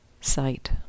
sight